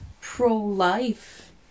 pro-life